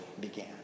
began